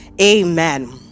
Amen